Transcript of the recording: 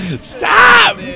Stop